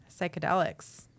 Psychedelics